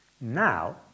Now